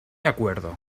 acuerdo